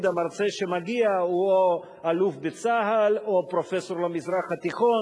המרצה שמגיע הוא או אלוף בצה"ל או פרופסור למזרח התיכון?